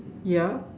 ya